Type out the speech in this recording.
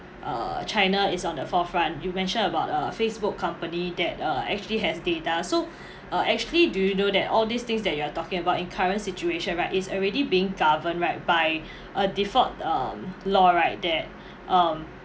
err china is on the forefront you mentioned about uh facebook company that uh actually has data so uh actually do you know that all these things that you are talking about in current situation right is already being governed right by a default um law right that um